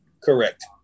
Correct